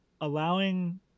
allowing